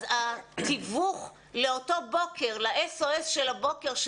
אז התיווך ל- SOSשל הבוקר,